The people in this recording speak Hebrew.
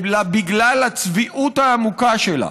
אלא בגלל הצביעות העמוקה שלה.